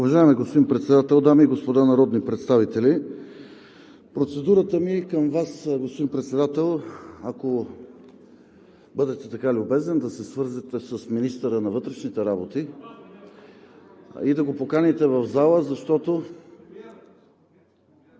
Уважаеми господин Председател, дами и господа народни представители! Процедурата ми е към Вас, господин Председател – ако бъдете така любезен, да се свържете с министъра на вътрешните работи и да го поканите в залата, защото…